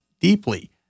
deeply